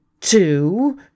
two—